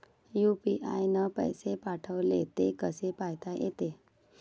UPI न पैसे पाठवले, ते कसे पायता येते?